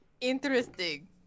Interesting